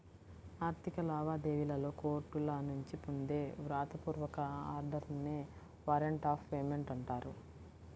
ఆర్థిక లావాదేవీలలో కోర్టుల నుంచి పొందే వ్రాత పూర్వక ఆర్డర్ నే వారెంట్ ఆఫ్ పేమెంట్ అంటారు